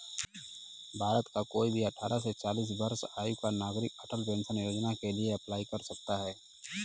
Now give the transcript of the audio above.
भारत का कोई भी अठारह से चालीस वर्ष आयु का नागरिक अटल पेंशन योजना के लिए अप्लाई कर सकता है